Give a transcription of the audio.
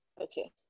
okay